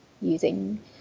using